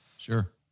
Sure